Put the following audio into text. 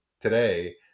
today